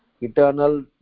eternal